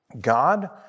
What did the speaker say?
God